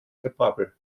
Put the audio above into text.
gebrabbel